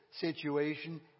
situation